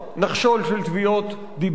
נחשול של תביעות דיבה.